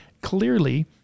clearly